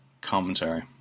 commentary